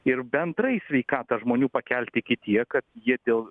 ir bendrai sveikatą žmonių pakelt iki tiek kad jie dėl